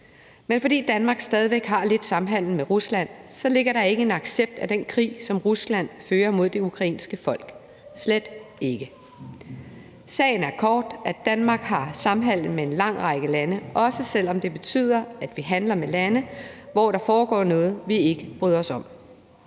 bare fordi Danmark stadig væk har lidt samhandel med Rusland, ligger der ikke en accept af den krig, som Rusland fører mod det ukrainske folk – slet ikke. Sagen er kort, at Danmark har samhandel med en lang række lande, også selv om det betyder, at vi handler med lande, hvor der foregår noget, vi ikke bryder os om.